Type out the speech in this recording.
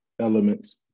elements